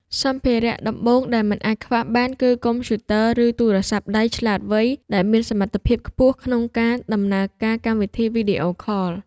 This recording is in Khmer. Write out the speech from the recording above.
សម្ភារៈដំបូងដែលមិនអាចខ្វះបានគឺ កុំព្យូទ័រ ឬទូរស័ព្ទដៃឆ្លាតវៃដែលមានសមត្ថភាពខ្ពស់ក្នុងការដំណើរការកម្មវិធីវីដេអូខល។